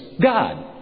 God